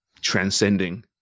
transcending